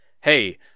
hey